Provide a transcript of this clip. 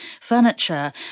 furniture